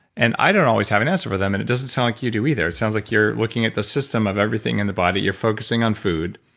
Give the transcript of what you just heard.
and i don't always have an answer for them and it doesn't sound like you do either. it sounds like you're looking at the system of everything in the body. you're focusing on food.